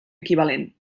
equivalent